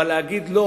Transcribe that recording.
אבל להגיד לא